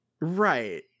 right